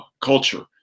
culture